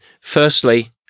Firstly